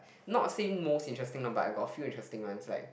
not say most interesting lah but I got a few interesting ones like